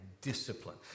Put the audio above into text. discipline